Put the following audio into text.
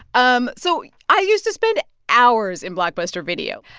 um so i used to spend hours in blockbuster video.